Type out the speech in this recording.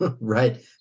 right